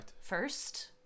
First